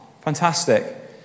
Fantastic